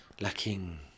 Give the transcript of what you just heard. lacking